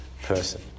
person